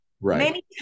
Right